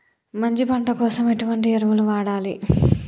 మంచి పంట కోసం ఎటువంటి ఎరువులు వాడాలి?